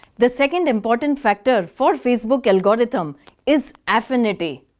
the second important factor for facebook algorithm is affinity.